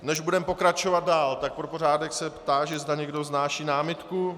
Než budeme pokračovat dál, tak se pro pořádek táži, zda někdo vznáší námitku.